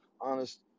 honest